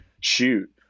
shoot